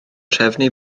trefnu